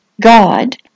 God